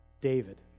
David